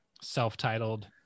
self-titled